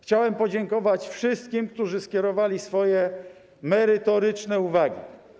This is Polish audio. Chciałem podziękować wszystkim, którzy skierowali swoje merytoryczne uwagi.